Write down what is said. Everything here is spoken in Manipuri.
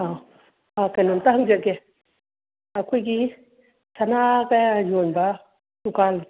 ꯀꯩꯅꯣꯝꯇ ꯍꯪꯖꯒꯦ ꯑꯩꯈꯣꯏꯒꯤ ꯁꯅꯥꯒ ꯌꯣꯟꯕ ꯗꯨꯀꯥꯟ